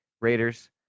Raiders